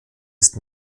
ist